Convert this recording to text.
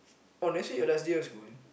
or next week your last day of school